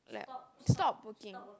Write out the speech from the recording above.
like stop working